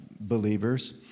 believers